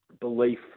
belief